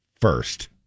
first